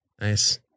Nice